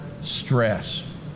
stress